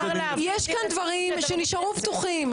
יש כאן דברים שנשארו פתוחים.